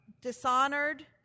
dishonored